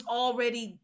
already